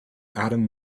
atom